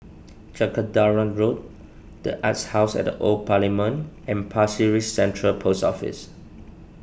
Jacaranda Road the Arts House at Old Parliament and Pasir Ris Central Post Office